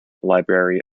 library